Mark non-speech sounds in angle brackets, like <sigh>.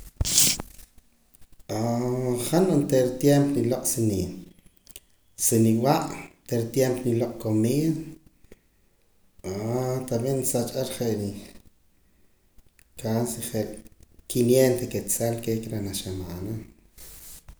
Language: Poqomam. <noise> <hesitation> han oontera tiempo niloq' sa ni sa niwa' oontera tiempo niloq' comida <hesitation> talve nisaach ar je' ni casi quiniento keetzal qeeq reh janaj xamaana.